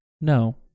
No